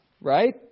right